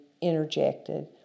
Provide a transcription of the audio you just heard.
interjected